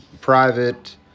private